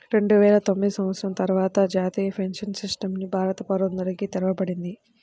రెండువేల తొమ్మిది సంవత్సరం తర్వాత జాతీయ పెన్షన్ సిస్టమ్ ని భారత పౌరులందరికీ తెరవబడింది